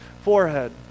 forehead